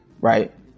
right